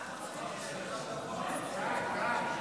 ההצעה להעביר את הצעת חוק יום בריאות הנפש,